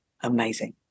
amazing